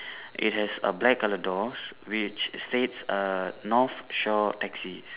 it has a black colour doors which states uh north shore taxis